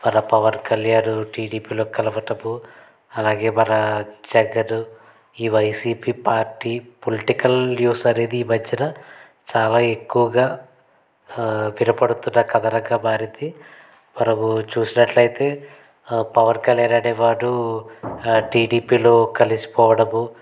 మన పవన్ కళ్యాణ్ టిడిపిలో కలవడము అలాగే మన జగన్ ఈ వైసీపీ పార్టీ పొలిటికల్ న్యూస్ అనేది ఈ మధ్యన చాలా ఎక్కువగా వినపడుతున్న కథనంగా మారింది మనము చూసినట్లయితే పవన్ కళ్యాణ్ అనే వాడు టిడిపిలో కలిసిపోవడము